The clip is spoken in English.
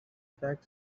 fact